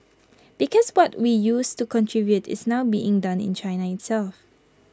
because what we used to contribute is now being done in China itself